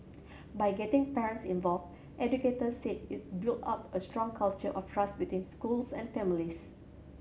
by getting parents involved educators said it build up a strong culture of trust between schools and families